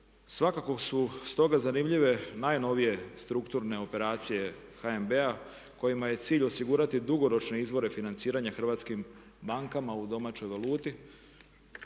Svakako su stoga zanimljive najnovije strukturne operacije HNB-a kojima je cilj osigurati dugoročne izvore financiranja hrvatskim bankama u domaćoj valuti